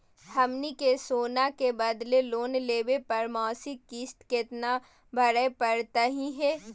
हमनी के सोना के बदले लोन लेवे पर मासिक किस्त केतना भरै परतही हे?